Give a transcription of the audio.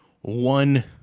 one